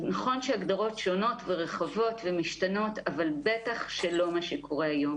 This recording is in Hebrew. נכון שיש הגדרות שונות ורחבות ומשתנות אבל בטח שלא מה שקורה היום